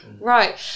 right